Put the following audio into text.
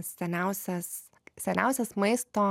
seniausias seniausias maisto